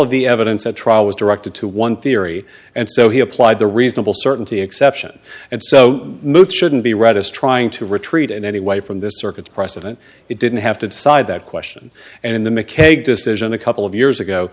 of the evidence at trial was directed to one theory and so he applied the real simple certainty exception and so move shouldn't be read as trying to retreat and anyway from this circuit precedent it didn't have to decide that question and in the make a decision a couple of years ago